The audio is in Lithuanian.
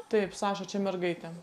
taip saša čia mergaitė